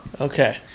Okay